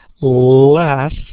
less